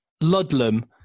Ludlam